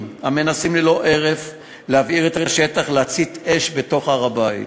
המנסים ללא הרף להבעיר את השטח ולהצית אש בתוך הר-הבית.